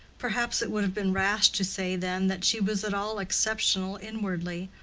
perhaps it would have been rash to say then that she was at all exceptional inwardly,